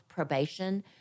probation